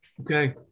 okay